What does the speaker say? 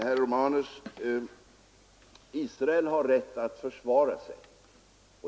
Herr talman! Nej, herr Romanus, Israel har rätt att försvara sig.